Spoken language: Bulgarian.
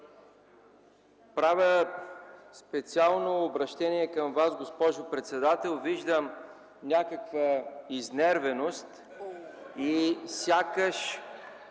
Правя специално обръщение към Вас, госпожо председател – виждам някаква изнервеност и сякаш